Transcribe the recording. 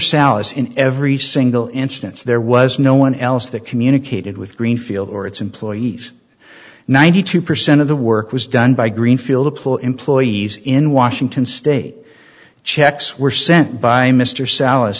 salazar in every single instance there was no one else that communicated with greenfield or its employees ninety two percent of the work was done by greenfield a ploy employees in washington state checks were sent by mr sal